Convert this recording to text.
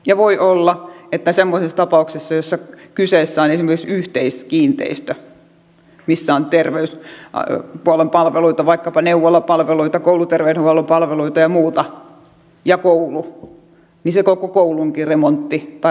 ja voi olla että semmoisessa tapauksessa jossa kyseessä on esimerkiksi yhteiskiinteistö missä on terveyshuollon palveluita vaikkapa neuvolapalveluita kouluterveydenhuollon palveluita ja muuta ja koulu niin se koko koulunkin remontti tai rakentaminen hidastuu